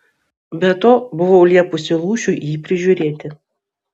be to buvau liepusi lūšiui jį prižiūrėti